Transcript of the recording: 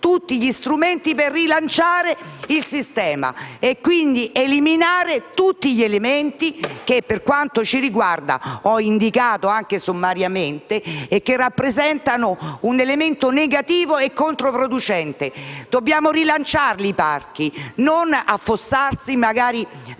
tutti gli strumenti per rilanciare il sistema, eliminando gli aspetti che ho indicato anche sommariamente e che rappresentano un elemento negativo e controproducente. Dobbiamo rilanciare i parchi e non affossarli, magari